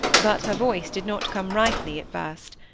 but her voice did not come rightly at first.